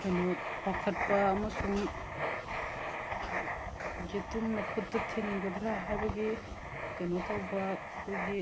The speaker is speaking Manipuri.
ꯀꯩꯅꯣ ꯄꯥꯈꯠꯄ ꯑꯃꯁꯨꯡ ꯌꯦꯇꯨꯝꯅ ꯈꯨꯠꯇ ꯊꯤꯟꯒꯗ꯭ꯔꯥ ꯍꯥꯏꯕꯒꯤ ꯀꯩꯅꯣ ꯇ ꯕ ꯑꯩꯈꯣꯏꯒꯤ